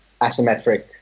asymmetric